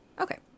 Okay